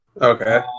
Okay